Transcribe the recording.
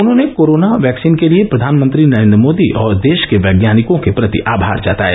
उन्होंने corona vaccine के लिये प्रधानमंत्री नरेन्द्र मोदी और देश के वैज्ञानिकों के प्रति आभार जताया